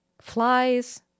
Flies